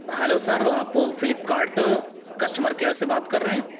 hello sir آپ Flipkart customer care سے بات کر رہے ہیں